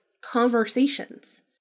conversations